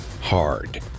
hard